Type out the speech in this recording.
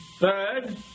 Third